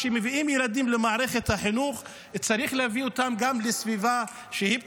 כשמביאים ילדים למערכת החינוך צריך להביא אותם גם לסביבה שהיא פתוחה,